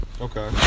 Okay